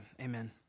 Amen